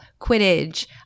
quidditch